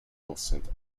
pulsate